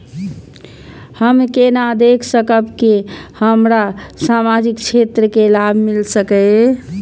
हम केना देख सकब के हमरा सामाजिक क्षेत्र के लाभ मिल सकैये?